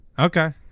Okay